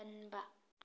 ꯀꯟꯕ